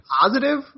positive